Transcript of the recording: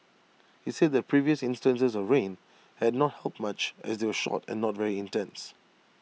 he said that previous instances of rain had not helped much as they were short and not very intense